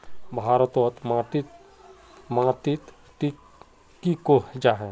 भारत तोत माटित टिक की कोहो जाहा?